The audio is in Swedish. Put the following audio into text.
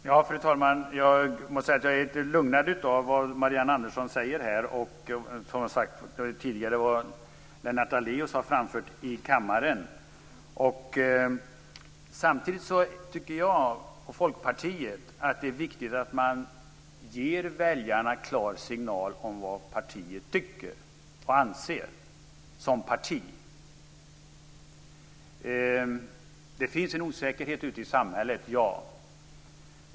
Fru talman! Jag måste säga att jag blir lugnad av det Marianne Andersson säger och av det Lennart Daléus tidigare framfört i kammaren. Samtidigt tycker jag och Folkpartiet att det är viktigt att man ger väljarna en klar signal om vad partiet tycker och anser som parti. Det finns en osäkerhet ute i samhället.